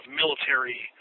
military